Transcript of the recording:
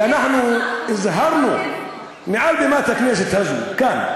ואנחנו הזהרנו מעל בימת הכנסת הזאת כאן,